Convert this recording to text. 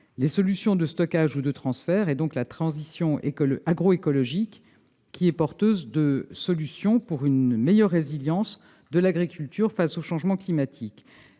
les solutions de stockage ou de transfert, et donc sur la transition agroécologique, qui est porteuse de solutions pour une meilleure résilience de l'agriculture face aux changements climatiques.